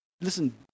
Listen